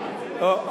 (חבר הכנסת מיכאל בן-ארי יוצא מאולם המליאה.) טוב,